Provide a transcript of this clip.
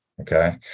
okay